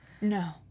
No